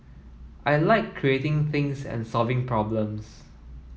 I like creating things and solving problems